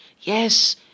Yes